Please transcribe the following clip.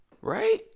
Right